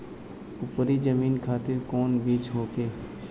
उपरी जमीन खातिर कौन बीज होखे?